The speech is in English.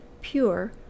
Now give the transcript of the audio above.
pure